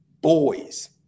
boys